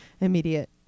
immediate